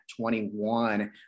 21